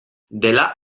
dela